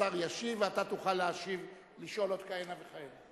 השר ישיב, ואתה תוכל לשאול עוד כהנה וכהנה.